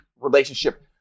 relationship